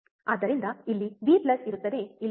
ಆದ್ದರಿಂದ ಇಲ್ಲಿ V V ಇರುತ್ತದೆ ಇಲ್ಲಿ ವಿ